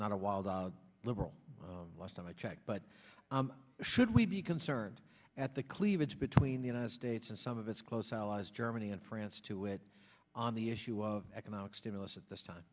not a wild liberal last i checked but should we be concerned at the cleavage between the united states and some of its close allies germany and france to it on the issue of economic stimulus at this time